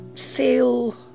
feel